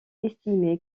estimé